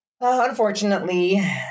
unfortunately